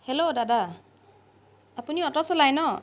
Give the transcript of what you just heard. hello দাদা আপুনি auto চলায় ন